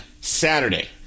Saturday